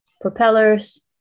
propellers